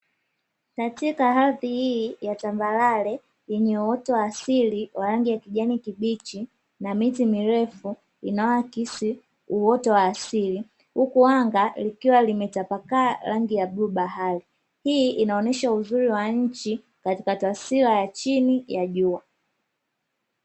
Katika ardhi hii ya tambarare yenye uoto wa asili wa rangi ya kijani kibichi na miti mirefu inayoakisi uoto wa asili, huku anga likiwa limetapakaa rangi ya bluu bahari. Hii inaonyesha uzuri wa nchi katika taswira ya chini ya jua.